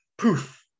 Poof